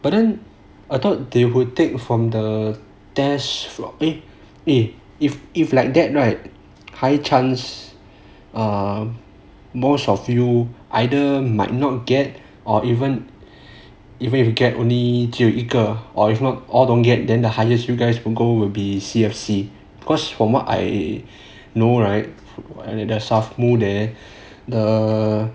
but then I thought they would take from the test eh if if like that right high chance um most of you either might not get or even even if you get only 只有一个 or if not all don't get than the highest you guys will be C_F_C because from what I know right in S_A_F_M_U there are more